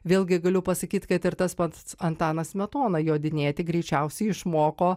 vėlgi galiu pasakyti kad ir tas pats antanas smetona jodinėti greičiausiai išmoko